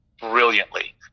brilliantly